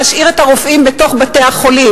להשאיר את הרופאים בתוך בתי-החולים,